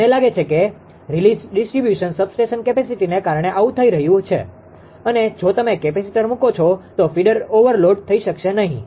મને લાગે છે કે રીલીઝ ડીસ્ટ્રીબ્યુશન સબસ્ટેશન કેપેસીટીને કારણે આવું થઈ રહ્યું છે અને જો તમે કેપેસિટર મૂકો છો તો ફીડર ઓવરલોડ થઈ શકશે નહીં